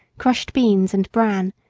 crushed beans, and bran,